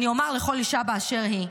אני אומר לכל אישה באשר היא,